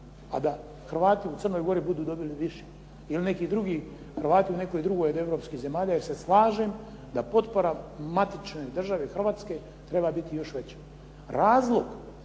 a da Hrvati u Crnoj Gori budu dobili više. Ili neki drugi Hrvati u nekoj drugoj od europskih zemalja je se slažem da potpora matične države Hrvatske treba biti još veća. Razlog,